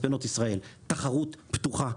מה שאמרו מספנות ישראל - תחרות פתוחה,